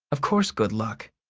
of course good luck,